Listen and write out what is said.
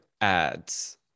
ads